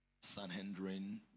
Sanhedrin